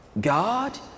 God